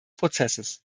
prozesses